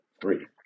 three